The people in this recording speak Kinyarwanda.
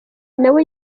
nawe